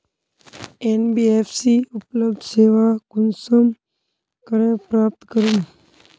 NBFC उपलब्ध सेवा कुंसम करे प्राप्त करूम?